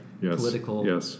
political